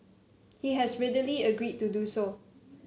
he has readily agreed to do so